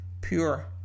pure